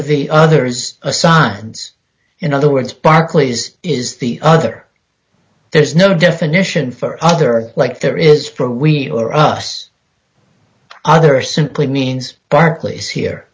of the others assigns in other words barclays is the other there is no definition for other like there is for we or us other simply means barclays here